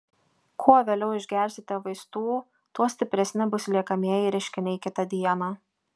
kuo vėliau išgersite vaistų tuo stipresni bus liekamieji reiškiniai kitą dieną